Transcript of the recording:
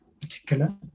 particular